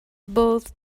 both